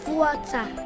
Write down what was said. water